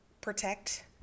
protect